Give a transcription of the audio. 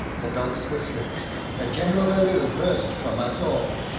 the dogs were slipped a general halloo burst from us all,